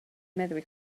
meddwi